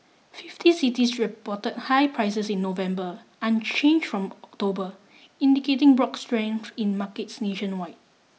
fifty cities reported higher prices in November unchanged from October indicating broad strength in markets nationwide